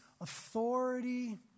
authority